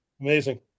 Amazing